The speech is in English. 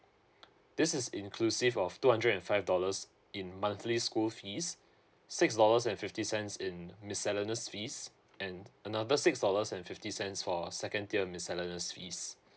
this is inclusive of two hundred and five dollars in monthly school fees six dollars and fifty cents in miscellaneous fees and another six dollars and fifty cents for second tier miscellaneous fees